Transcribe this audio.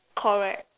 correct